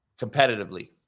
competitively